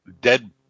dead